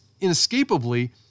inescapably